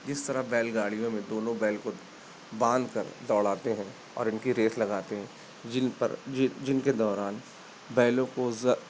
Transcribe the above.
جس طرح بیل گاڑیوں میں دونوں بیل کو باندھ کر دوڑاتے ہیں اور ان کی ریس لگاتے ہیں جن پر جن کے دوران بیلوں کو